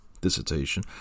dissertation